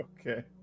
Okay